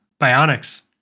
Bionics